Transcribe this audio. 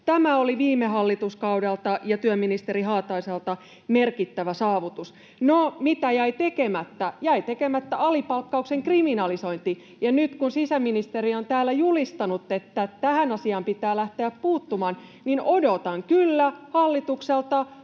Tämä oli viime hallituskaudelta ja työministeri Haataiselta merkittävä saavutus. No, mitä jäi tekemättä? Jäi tekemättä alipalkkauksen kriminalisointi. Ja nyt kun sisäministeri on täällä julistanut, että tähän asiaan pitää lähteä puuttumaan, odotan kyllä hallitukselta